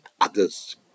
others